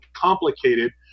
complicated